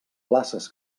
places